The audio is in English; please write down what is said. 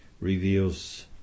reveals